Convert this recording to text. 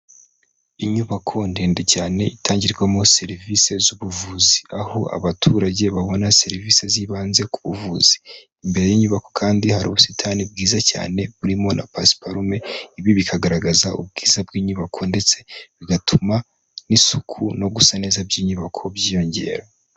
Inyubako ndende cyane itangirwamo serivisi z'ubuvuzi, aho abaturage babona serivisi z'ibanze ku buvuzi, imbere y'inyubako kandi hari ubusitani bwiza cyane burimo na pasparume, ibi bikagaragaza ubwiza bw'inyubako ndetse bigatuma n'isuku no gusa neza by'inyubako byiyongera.